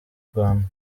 rwanda